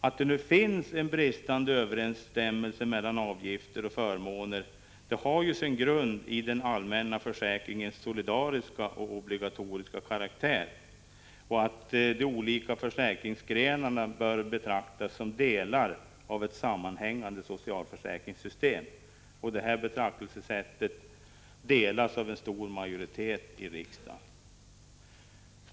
Att det finns en bristande överensstämmelse mellan avgifter och förmåner har sin grund i den allmänna försäkringens solidariska och obligatoriska karaktär och att de olika försäkringsgrenarna bör betraktas som delar av ett sammanhängande socialförsäkringssystem. Det här betraktelsesättet delas av en stor majoritet i riksdagen.